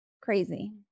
crazy